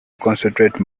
concentrate